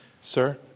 Sir